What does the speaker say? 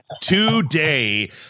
today